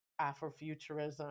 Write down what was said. Afrofuturism